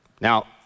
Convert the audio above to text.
Now